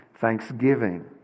thanksgiving